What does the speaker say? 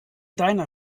deiner